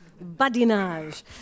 Badinage